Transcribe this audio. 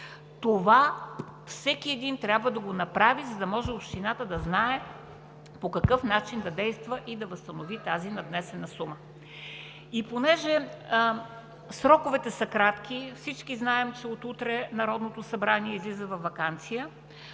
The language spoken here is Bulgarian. Това всеки един трябва да го направи, за да може общината да знае по какъв начин да действа и да възстанови тази надвесена сума. И понеже сроковете са кратки, всички знаем, че от утре Народното събрание излиза във ваканция,